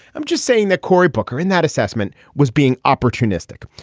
i'm just saying that cory booker in that assessment was being opportunistic.